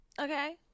Okay